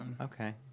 Okay